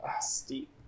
Steep